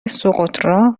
سُقُطرا